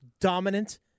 dominant